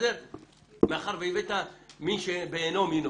מאחר שהבאת מן שבאינו מינו